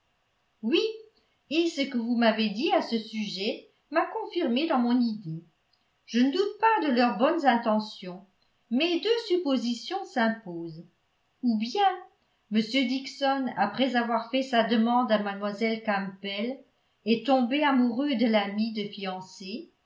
oui et ce que vous m'avez dit à ce sujet m'a confirmée dans mon idée je ne doute pas de leurs bonnes intentions mais deux suppositions s'imposent ou bien m dixon après avoir fait sa demande à mlle campbell est tombé amoureux de l'amie de fiancée